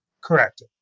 Correct